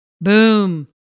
Boom